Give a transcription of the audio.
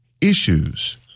issues